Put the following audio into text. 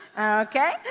Okay